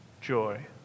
joy